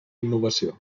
innovació